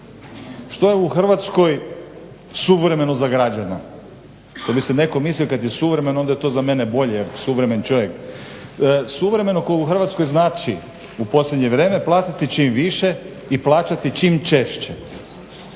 Što je u Hrvatskoj suvremeno za građana? To bi se netko mislio kad je suvremeno onda je to za mene bolje, jer suvremen čovjek. Suvremen u Hrvatskoj znači u posljednje vrijeme znači platiti čim više i plaćati čim češće.